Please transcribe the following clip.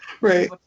Right